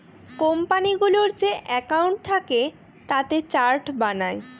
কোম্পানিগুলোর যে একাউন্ট থাকে তাতে চার্ট বানায়